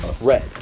Red